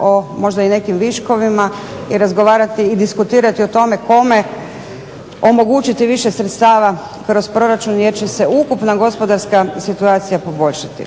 o možda i nekim viškovima i razgovarati i diskutirati o tome kome omogućiti više sredstava kroz proračun jer će se ukupna gospodarska situacija poboljšati.